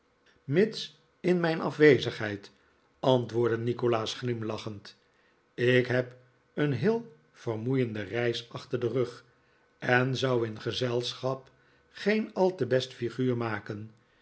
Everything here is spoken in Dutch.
mits in mijn afwezigheid antwoordde nikolaas glimlachend ik heb een heel vermoeiende reis achter den rug en zou in gezelschap geen al te best figuur maken